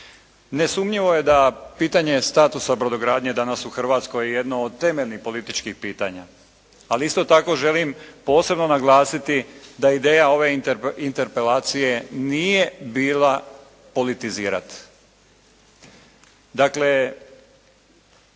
Nesumnjivo je da pitanje statusa brodogradnje danas u Hrvatskoj je jedno od temeljnih političkih pitanja, ali isto tako želim posebno naglasiti da ideja ove interpelacije nije bila politizirati.